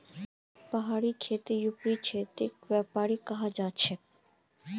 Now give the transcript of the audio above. पहाड़ी खेती ऊपरी क्षेत्रत व्यापक खेती छे